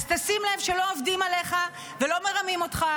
אז תשים לב שלא עובדים עליך ולא מרמים אותך